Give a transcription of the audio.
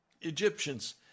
Egyptians